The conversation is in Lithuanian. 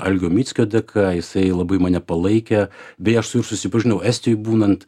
algio mickio dėka jisai labai mane palaikė bei aš su juo susipažinau estijoj būnant